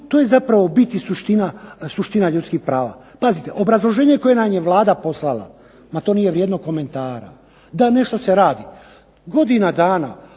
to je zapravo bit i suština ljudskih prava. Pazite, obrazloženje koje nam je Vlada poslala ma to nije vrijedno komentara. Da nešto se radi, godina dana,